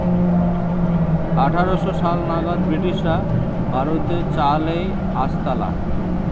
আঠার শ সাল নাগাদ ব্রিটিশরা ভারতে চা লেই আসতালা